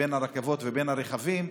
בין הרכבות ובין הרכבים,